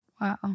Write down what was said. Wow